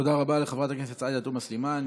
תודה רבה לחברת הכנסת עאידה תומא סלימאן.